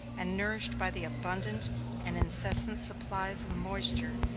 and nourished by the abundant and incessant supplies of moisture,